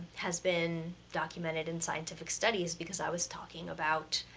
has been documented in scientific studies, because i was talking about